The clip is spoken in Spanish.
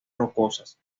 rocosas